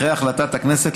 אחרי החלטת הכנסת,